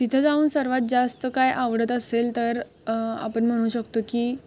तिथं जाऊन सर्वात जास्त काय आवडत असेल तर आपण म्हणू शकतो की